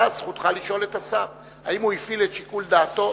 זכותך לשאול את השר אם הוא הפעיל את שיקול דעתו.